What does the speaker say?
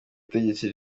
butegetsi